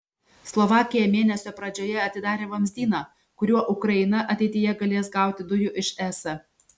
slovakija mėnesio pradžioje atidarė vamzdyną kuriuo ukraina ateityje galės gauti dujų iš es